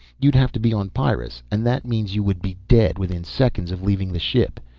you'd have to be on pyrrus and that means you would be dead within seconds of leaving the ship.